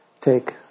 take